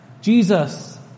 Jesus